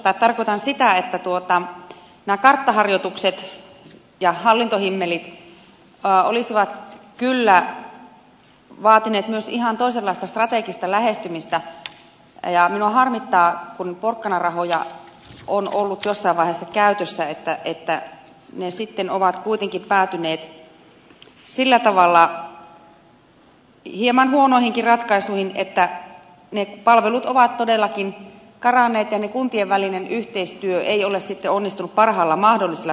tarkoitan sitä että nämä karttaharjoitukset ja hallintohimmelit olisivat kyllä vaatineet myös ihan toisenlaista strategista lähestymistä ja minua harmittaa kun porkkanarahoja on ollut jossain vaiheessa käytössä että ne sitten ovat kuitenkin päätyneet sillä tavalla hieman huonoihinkin ratkaisuihin että ne palvelut ovat todellakin karanneet ja kuntien välinen yhteistyö ei ole sitten onnistunut parhaalla mahdollisella tavalla